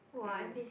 mm